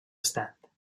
estat